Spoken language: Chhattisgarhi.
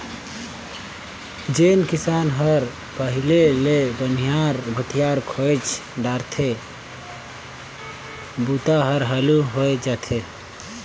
जेन किसान हर पहिले ले बनिहार भूथियार खोएज डारथे बूता हर हालू होवय जाथे